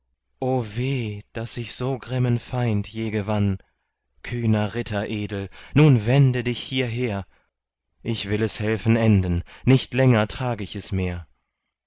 daß ich so grimmen feind je gewann kühner ritter edel nun wende dich hierher ich will es helfen enden nicht länger trag ich es mehr